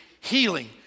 healing